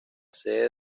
sede